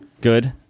Good